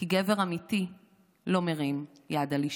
כי גבר אמיתי לא מרים יד על אישה.